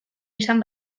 izan